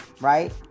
right